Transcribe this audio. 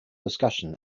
discussion